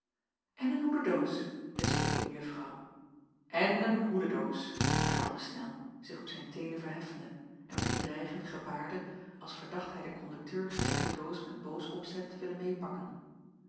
en een hoededoos lispelde de juffrouw en een hoededoos herhaalde snel zich op zijn teenen verheffende en met een dreigende gebaarde als verdacht hij den kondukteur gezegde doos met boos opzet te willen meêpakken